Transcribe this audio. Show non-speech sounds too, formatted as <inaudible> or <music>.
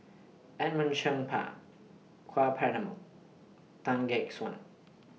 Edmund Cheng <unintelligible> Ka Perumal Tan Gek Suan